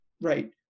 right